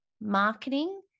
marketing